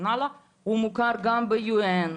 הוא מוכר גם ב-UN,